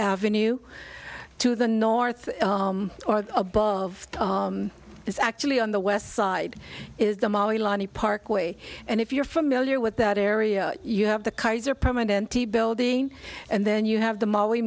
avenue to the north or above is actually on the west side is the molly lonnie parkway and if you're familiar with that area you have the kaiser permanente building and then you have the moll